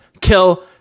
kill